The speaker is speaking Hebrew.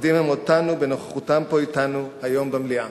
מכבדים הם אותנו בנוכחותם פה אתנו היום במליאה.